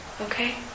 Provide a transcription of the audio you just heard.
Okay